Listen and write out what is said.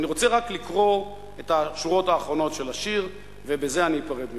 אני רוצה רק לקרוא את השורות האחרונות של השיר ובזה אני אפרד מכם.